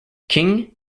king